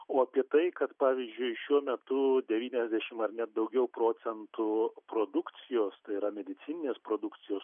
o apie tai kad pavyzdžiui šiuo metu devyniasdešimt ar net daugiau procentų produkcijos tai yra medicininės produkcijos